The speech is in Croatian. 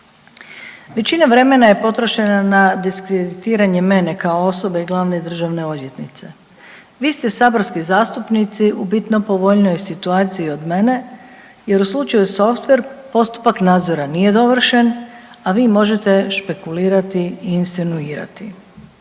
Većina vremena je potrošena na diskreditiranje mene kao osobe i glavne državne odvjetnice. Vi ste saborski zastupnici u bitno povoljnijoj situaciji od mene jer u slučaju Softver postupak nadzora nije dovršen, a vi možete špekulirati i insinuirati.